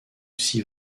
six